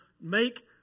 Make